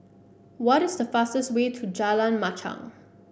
what is the fastest way to Jalan Machang